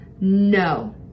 no